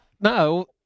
No